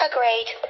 Agreed